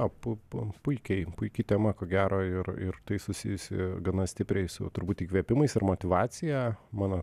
apupu puikiai puiki tema ko gero ir ir tai susijusi gana stipriai su turbūt įkvėpimais ir motyvacija mano